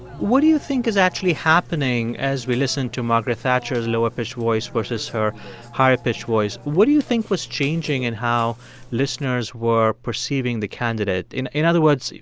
what do you think is actually happening, as we listen to margaret thatcher's lower pitched voice versus her higher pitched voice? what do you think was changing in how listeners were perceiving the candidate? in in other words,